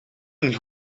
een